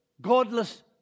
godless